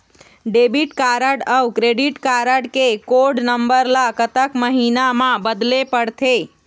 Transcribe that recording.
Debit card अऊ credit card के code number ला कतक महीना मा बदले पड़थे?